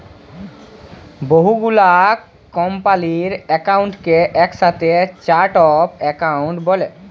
বহু গুলা কম্পালির একাউন্টকে একসাথে চার্ট অফ একাউন্ট ব্যলে